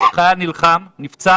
חייל נלחם, נפצע